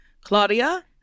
Claudia